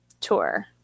tour